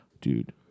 Dude